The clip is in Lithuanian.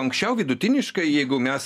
anksčiau vidutiniškai jeigu mes